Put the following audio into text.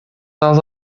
are